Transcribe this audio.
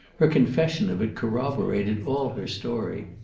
her confession of it corroborated all her story.